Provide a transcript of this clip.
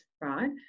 Right